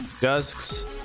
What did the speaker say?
dusks